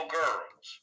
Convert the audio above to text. girls